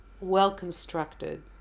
well-constructed